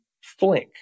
Flink